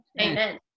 amen